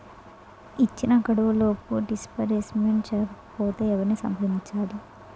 ఇచ్చిన గడువులోపు డిస్బర్స్మెంట్ జరగకపోతే ఎవరిని సంప్రదించాలి?